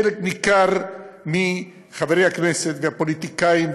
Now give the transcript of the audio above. אצל חלק ניכר מחברי הכנסת והפוליטיקאים,